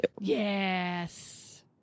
Yes